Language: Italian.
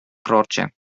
croce